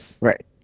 Right